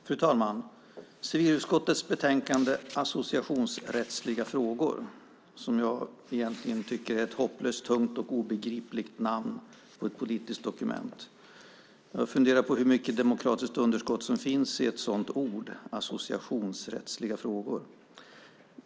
Fru talman! Civilutskottets betänkande heter Associationsrättsliga frågor , vilket jag egentligen tycker är ett hopplöst tungt och obegripligt namn på ett politiskt dokument. Jag funderar på hur mycket demokratiskt underskott som finns i ett sådant uttryck som "associationsrättsliga frågor".